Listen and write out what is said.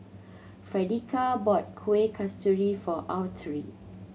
Fredericka bought Kuih Kasturi for Autry